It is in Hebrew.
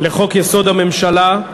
לחוק-יסוד: הממשלה,